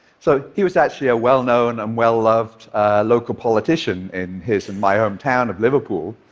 so he was actually a well-known and well-loved local politician in his and my hometown of liverpool,